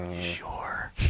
Sure